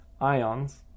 ions